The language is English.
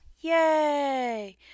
Yay